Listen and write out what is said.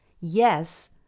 Yes